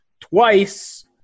twice